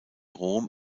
rom